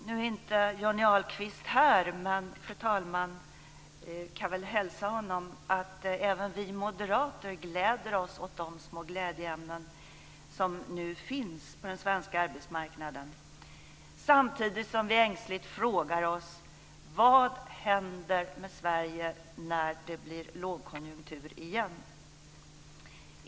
Nu är inte Johnny Ahlqvist här i kammaren, men fru talman kan väl hälsa honom att även vi moderater gläder oss åt de små glädjeämnen som nu finns på den svenska arbetsmarknaden. Samtidigt frågar vi oss ängsligt: Vad händer med Sverige när det blir lågkonjunktur igen?